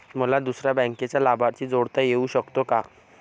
मला दुसऱ्या बँकेचा लाभार्थी जोडता येऊ शकतो का?